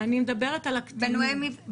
אני מדברת על הקטינים.